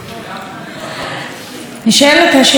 נשאלת השאלה,